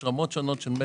יש רמות שונות של מצ'ינג.